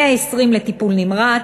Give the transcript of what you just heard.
120 לטיפול נמרץ,